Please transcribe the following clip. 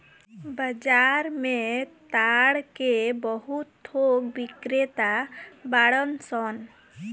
बाजार में ताड़ के बहुत थोक बिक्रेता बाड़न सन